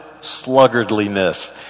sluggardliness